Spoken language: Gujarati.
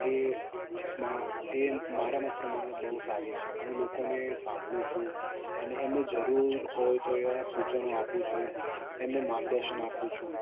એમાં એ મારા મત પ્રમાણે બહુ સારી છે હું લોકોને સાંભળું છું અને એમને જરૂર હોય તો એવા સૂચનો આપું છું એમને માર્ગદર્શન આપું છું